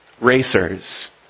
racers